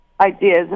ideas